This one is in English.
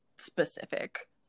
specific